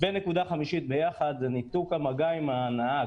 ונקודה חמישית ביחד זה ניתוק המגע עם הנהג.